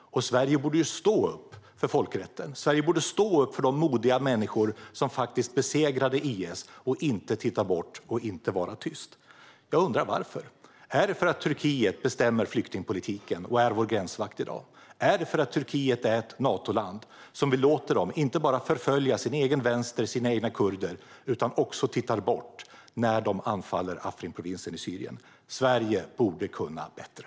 Sverige borde stå upp för folkrätten. Sverige borde stå upp för de modiga människor som faktiskt besegrade IS - inte titta bort och vara tyst! Jag undrar varför. Är det för att Turkiet bestämmer flyktingpolitiken och är vår gränsvakt i dag? Är det för att Turkiet är ett Natoland som vi inte bara låter dem förfölja sin egen vänster och sina egna kurder utan också tittar bort när de anfaller Afrinprovinsen i Syrien? Sverige borde kunna bättre!